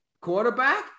quarterback